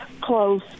close